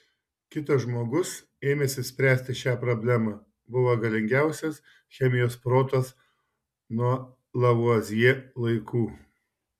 kitas žmogus ėmęsis spręsti šią problemą buvo galingiausias chemijos protas nuo lavuazjė laikų